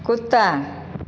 कुत्ता